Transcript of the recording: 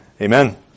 Amen